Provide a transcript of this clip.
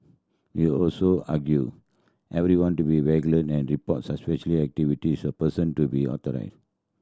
he also argued everyone to be vigilant and report suspicious activities a person to be